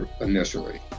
initially